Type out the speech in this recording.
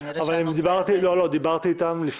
כנראה שהנושא הזה --- דיברתי אתם,